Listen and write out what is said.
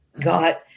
got